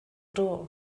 door